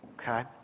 okay